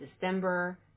December